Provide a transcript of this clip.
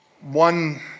one